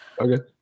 Okay